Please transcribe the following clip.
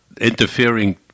interfering